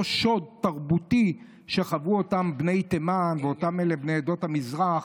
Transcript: שוד תרבותי שחוו בני תימן ובני עדות המזרח.